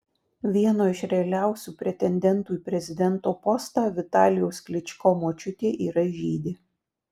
vieno iš realiausių pretendentų į prezidento postą vitalijaus klyčko močiutė yra žydė